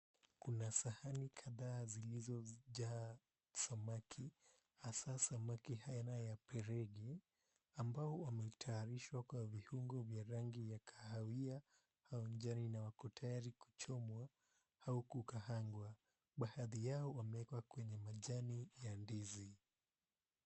Kuna sahani kadhaa zilizojaa samaki hasa samaki aina ya perege ambao wametayarishwa kwa vihungo vya rangi ya kahawia au njano na wako tayari kuchomwa au kukaangwa. Baadhi yao wamewekwa kwenye majani ya ndizi.